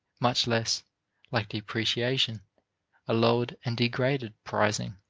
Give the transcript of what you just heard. much less like depreciation a lowered and degraded prizing.